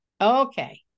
Okay